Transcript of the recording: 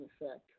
effect